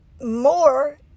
more